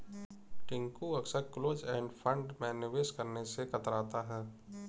टिंकू अक्सर close end fund में निवेश करने से कतराता है